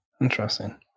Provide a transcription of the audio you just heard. Interesting